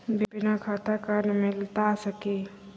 बिना खाता के कार्ड मिलता सकी?